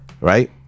right